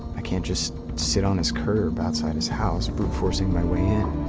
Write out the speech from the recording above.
i can't just sit on his curb, outside his house, brute-forcing my way